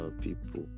people